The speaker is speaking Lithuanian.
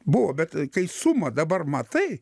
buvo bet kai sumą dabar matai